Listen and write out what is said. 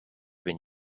been